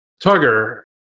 Tugger